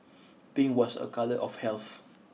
pink was a colour of health